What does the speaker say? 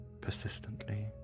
persistently